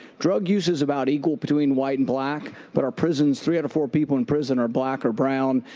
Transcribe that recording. drug use is about equal between white and black, but our prisons three out of four people in prison are black or brown.